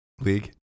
League